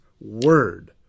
word